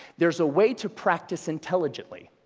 there's a way to practice intelligently.